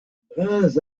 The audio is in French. bruns